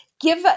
give